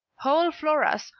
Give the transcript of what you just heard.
whole floras,